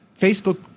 Facebook